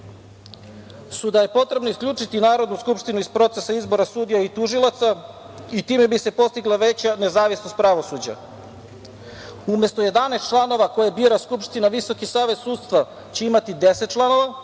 su da je potrebno isključiti Narodnu skupštinu iz procesa izbora sudija i tužilaca i time bi se postigla veća nezavisnost pravosuđa. Umesto 11 članova koje bira Skupština, VSS će imati 10 članova